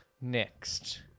Next